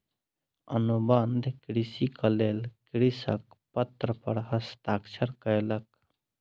अनुबंध कृषिक लेल कृषक पत्र पर हस्ताक्षर कयलक